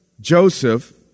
Joseph